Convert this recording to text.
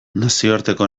nazioarteko